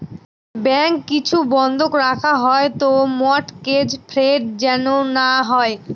bank কিছু বন্ধক রাখা হয় তো মর্টগেজ ফ্রড যেন না হয়